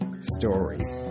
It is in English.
story